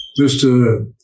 Mr